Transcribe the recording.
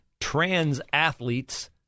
trans-athlete's